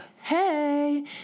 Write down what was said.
Hey